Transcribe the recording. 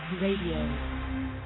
Radio